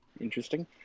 interesting